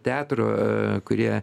teatro a kurie